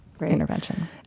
intervention